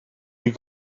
you